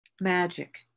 Magic